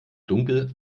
dunkel